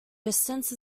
distance